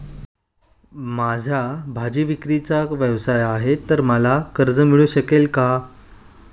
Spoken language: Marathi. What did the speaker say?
माझा भाजीविक्रीचा व्यवसाय आहे तर मला कर्ज मिळू शकेल का?